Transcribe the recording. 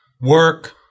work